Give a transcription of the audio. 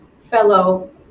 fellow